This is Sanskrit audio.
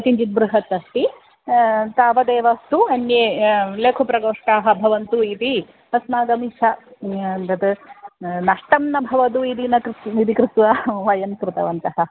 किञ्चित् बृहत् अस्ति तावदेव अस्तु अन्ये लघु प्रकोष्ठाः भवन्तु इति अस्माकम् इच्छा तद् नष्टं न भवतु इति न कृतम् इति कृत्वा वयं कृतवन्तः